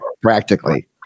practically